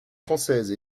française